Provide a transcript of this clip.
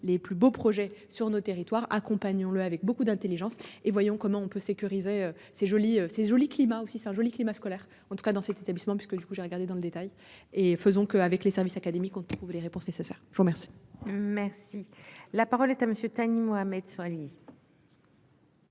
les plus beaux projets sur nos territoires accompagnons-le avec beaucoup d'Intelligence et voyons comment on peut sécuriser c'est joli, c'est joli climat aussi Serge July climat scolaire en tout cas dans cet établissement parce que du coup j'ai regardé dans le détail et faisons que avec les services académiques, on trouve les réponses nécessaires. Je vous remercie. Merci la parole est à monsieur Thani Mohamed Soilihi.